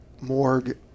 Morgue